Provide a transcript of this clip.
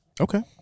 Okay